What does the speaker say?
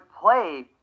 play